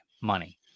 money